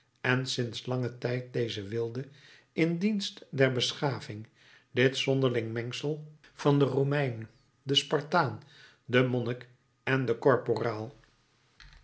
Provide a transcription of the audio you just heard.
en sinds langen tijd dezen wilde in dienst der beschaving dit zonderling mengsel van den romein den spartaan den monnik en den korporaal